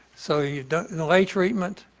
so you don't and delay treatment,